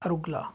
ਰੁਗਲਾ